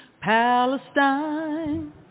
Palestine